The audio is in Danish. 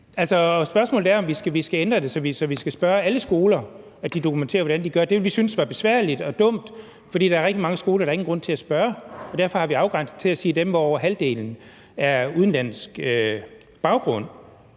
Spørgsmålet er, om vi skal ændre det, så vi skal sige til alle skoler, at de skal dokumentere, hvordan de gør. Det ville vi synes var besværligt og dumt, for der er rigtig mange skoler, som der ikke er nogen grund til at spørge, og derfor har vi afgrænset det til dem, hvor over halvdelen har udenlandsk baggrund.